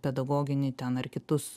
pedagoginį ten ar kitus